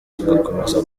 tugakomeza